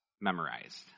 memorized